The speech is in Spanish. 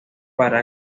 para